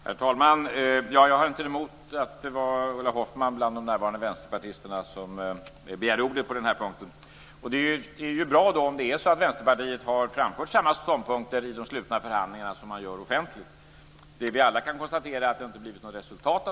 Herr talman! Jag har inget emot att det är Ulla Hoffmann som bland de närvarande vänsterpartisterna begär ordet på den här punkten. Det är bra om det är så att Vänsterpartiet har framfört samma ståndpunkter i de slutna förhandlingarna som man framför offentligt. Men vad vi alla kan konstatera är att det inte har blivit något resultat.